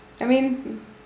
I mean